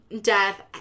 death